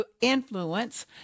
influence